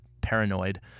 paranoid